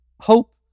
hope